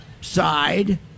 side